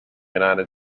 united